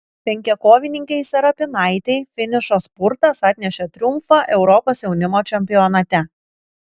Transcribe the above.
penkiakovininkei serapinaitei finišo spurtas atnešė triumfą europos jaunimo čempionate